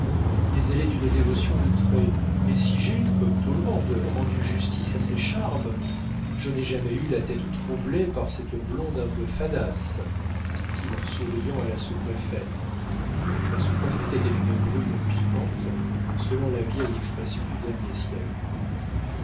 mais elle est d'une dévotion outrée et si j'ai comme tout le monde rendu justice à ses charmes je n'ai jamais eu la tête troublée pour cette blonde un peu fadasse dit-il en souriant à la sous-préfète la sous-préfète était une brune piquante selon la vieille expression du dernier siècle